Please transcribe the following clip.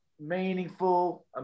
meaningful